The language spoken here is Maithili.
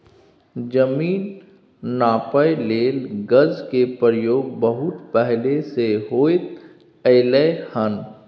जमीन नापइ लेल गज के प्रयोग बहुत पहले से होइत एलै हन